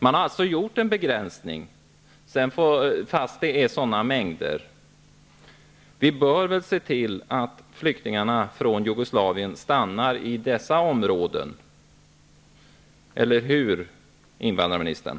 Det har alltså gjorts en begränsning, trots att det rör sig om sådana mängder. Man bör väl försöka att se till att de jugoslaviska flyktingarna stannar i dessa områden, eller hur, invandrarministern?